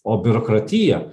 o biurokratija